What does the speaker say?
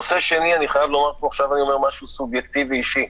נושא שני עכשיו אני אומר משהו סובייקטיבי אישי,